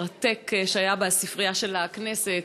מרתק, שהיה בספרייה של הכנסת.